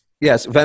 Yes